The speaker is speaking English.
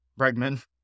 Bregman